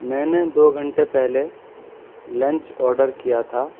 میں نے دو گھنٹے پہلے لنچ آڈر کیا تھا